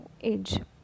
age